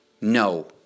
no